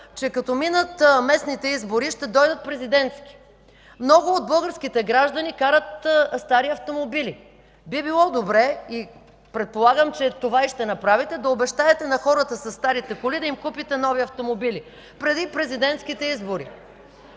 че като минат местните избори, ще дойдат президентските. Много от българските граждани карат стари автомобили. Би било добре и предполагам, че това и ще направите – да обещаете на хората със старите коли да им купите нови автомобили преди президентските избори.